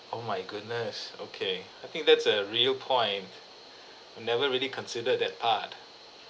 oh my goodness okay I think that's a real point never really considered that part